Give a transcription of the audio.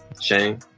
Shane